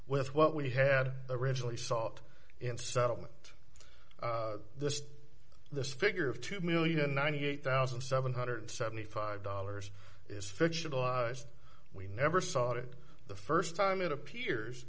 with what we had originally sought in settlement this this figure of two million ninety eight thousand seven hundred and seventy five dollars is fictionalized we never sought it the st time it appears